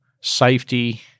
safety